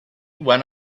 when